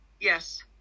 yes